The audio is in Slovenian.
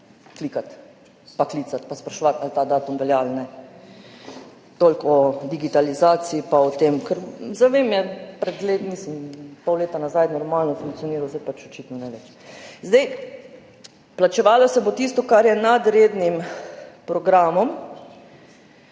klikati pa klicati pa spraševati, ali ta datum velja ali ne. Toliko o digitalizaciji pa o tem. Ker zVEM je pol leta nazaj normalno funkcioniral, zdaj pač očitno ne več. Plačevalo se bo tisto, kar je nad rednim programom.